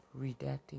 redacting